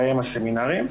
בהם הסמינרים,